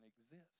exist